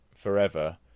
forever